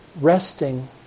resting